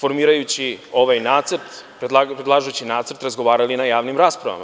formirajući ovaj nacrt, predlažući nacrt, razgovarali na javnim raspravama.